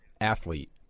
athlete